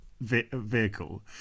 vehicle